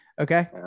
Okay